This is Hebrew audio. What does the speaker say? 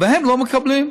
והם לא מקבלים.